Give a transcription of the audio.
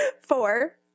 Four